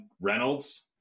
Reynolds